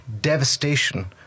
devastation